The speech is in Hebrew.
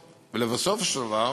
ובסופו של דבר